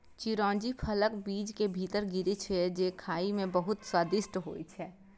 चिरौंजी फलक बीज के भीतर गिरी छियै, जे खाइ मे बहुत स्वादिष्ट होइ छै